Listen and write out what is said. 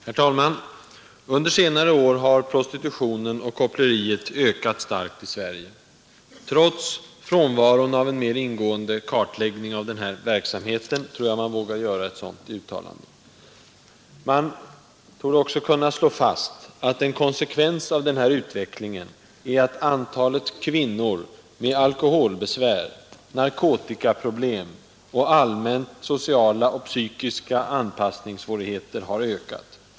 Herr talman! Under senare år har prostitutionen och koppleriet ökat starkt i Sverige. Trots frånvaron av en mer ingående kartläggning av denna verksamhet tror jag att man vågar göra ett sådant uttalande. Det torde också kunna slås fast, att en konsekvens av denna utveckling är att antalet kvinnor med alkoholbesvär, narkotikaproblem och allmänna sociala och psykiska anpassningssvårigheter har ökat.